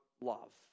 love